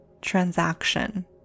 transaction